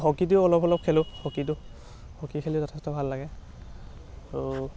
হকীটোও অলপ অলপ খেলোঁ হকীটো হকী খেলি যথেষ্ট ভাল লাগে আৰু